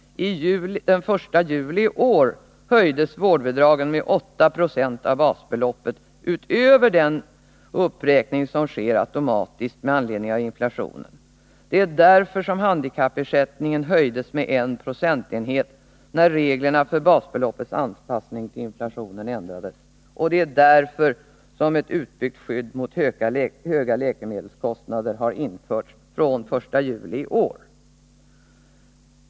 Den 1 juli i år höjdes vårdbidragen med 8 96 av basbeloppet utöver den uppräkning som sker automatiskt med anledning av inflationen. Det är därför som handikappersättningen höjdes med en procentenhet när reglerna för basbeloppets anpassning till inflationen ändrades. Det var därför som ett utbyggt skydd mot höga läkemedelskostnader har införts från den 1 juli i år.